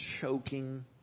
choking